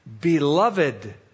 beloved